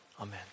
Amen